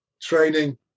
training